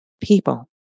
people